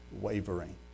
wavering